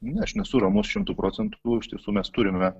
ne aš nesu ramus šimtu procentų iš tiesų mes turime